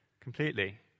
completely